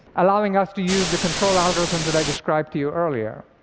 allowing us to use the control algorithms that i described to you earlier.